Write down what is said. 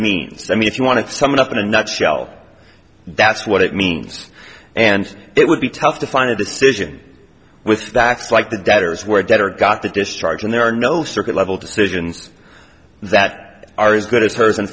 means i mean if you want to sum it up in a nutshell that's what it means and it would be tough to find a decision with facts like the debtors were dead or got the discharge and there are no circuit level decisions that are as good as hers in